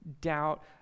doubt